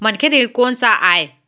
मनखे ऋण कोन स आय?